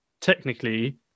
technically